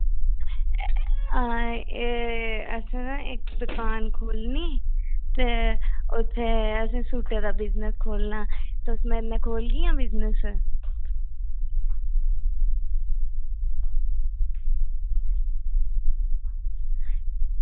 एह् असें ना इक्क दुकान खोह्लनी ते उत्थै असें सूटै दा बिज़नेस खोह्लना तुस मेरे कन्नै खोह्लगियां बिज़नेस